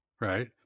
right